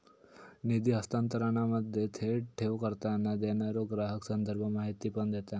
निधी हस्तांतरणामध्ये, थेट ठेव करताना, देणारो ग्राहक संदर्भ माहिती पण देता